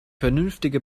vernünftige